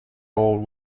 old